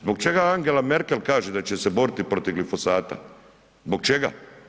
Zbog čega je Angela Merkel kaže da će se borit protiv glifosata, zbog čega?